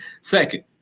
Second